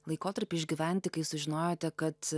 laikotarpiui išgyventi kai sužinojote kad